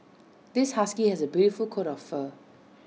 this husky has A beautiful coat of fur